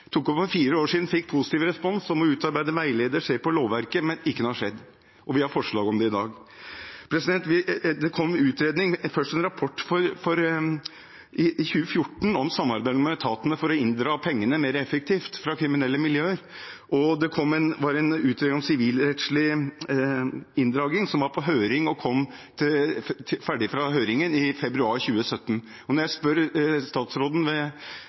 tok det opp for fire år siden, fikk positiv respons om for å utarbeide en veileder, se på lovverket, men ingenting har skjedd. Vi har forslag om det i dag. Det kom en rapport i 2014 om samarbeid mellom etatene for å inndra pengene mer effektivt fra kriminelle miljøer, og det var en utredning om sivilrettslig inndragning på høring, og den høringen var ferdig i februar 2017. Da jeg spurte statsråden ved